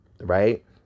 right